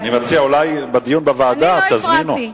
אני לא הפרעתי.